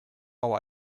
our